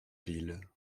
ville